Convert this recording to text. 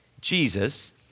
Jesus